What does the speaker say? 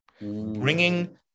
bringing